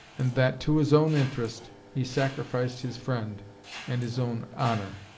and that to his own interest he sacrificed his friend and his own honour.